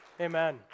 Amen